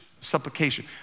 supplication